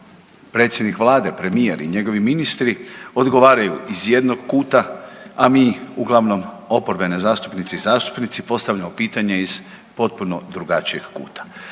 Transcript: predsjednik Vlade, premijer i njegovi ministri odgovaraju iz jednog kuta, a mi uglavnom oporbene zastupnice i zastupnici postavljamo pitanje iz potpuno drugačijeg kuta.